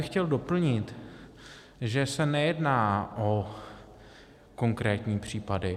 Chtěl bych doplnit, že se nejedná o konkrétní případy.